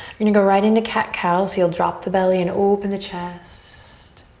you're gonna go right into cat-cow so you'll drop the belly and open the chest.